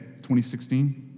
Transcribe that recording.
2016